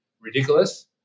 ridiculous